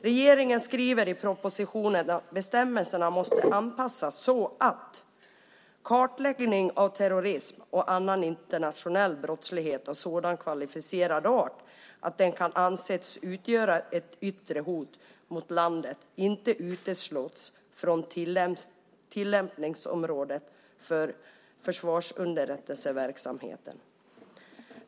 Regeringen skriver i propositionen att bestämmelserna måste anpassas "så att kartläggning av terrorism och annan internationell brottslighet av sådan kvalificerad art att den kan anses utgöra yttre hot mot landet inte utesluts från tillämpningsområdet för försvarsunderrättelseverksamheten.